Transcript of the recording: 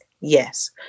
Yes